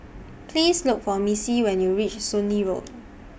Please Look For Missie when YOU REACH Soon Lee Road